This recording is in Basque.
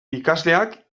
ikasleak